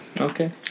Okay